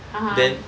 (uh huh)